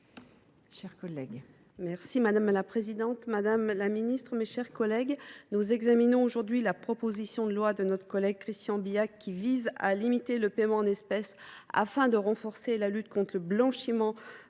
Madame la présidente, madame la ministre, mes chers collègues, nous examinons aujourd’hui la proposition de loi de notre collègue Christian Bilhac, qui vise à limiter le paiement en espèces. Son but est de renforcer la lutte contre le blanchiment